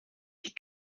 die